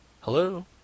Hello